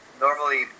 Normally